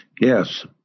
Yes